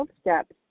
Steps